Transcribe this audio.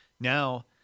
now